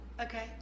Okay